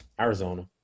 Arizona